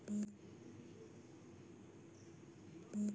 পলি মাটিতে কোন কোন শস্য ভালোভাবে চাষ করা য়ায়?